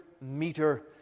meter